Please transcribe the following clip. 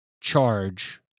charge